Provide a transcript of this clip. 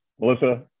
Melissa